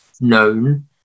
known